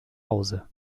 hause